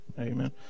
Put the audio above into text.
amen